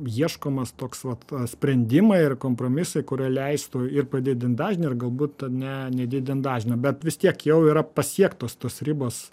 ieškomas toks vat sprendimai ir kompromisai kurie leistų ir padidint dažnį ir galbūt ane nedidint dažnio bet vis tiek jau yra pasiektos tos ribos